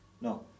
No